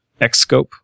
Xscope